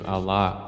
Allah